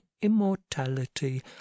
immortality